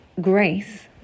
grace